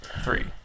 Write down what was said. three